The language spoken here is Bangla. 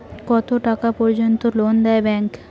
কত টাকা পর্যন্ত লোন দেয় ব্যাংক?